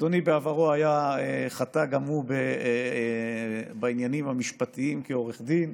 אדוני בעברו חטא גם הוא בעניינים המשפטיים כעורך דין.